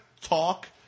talk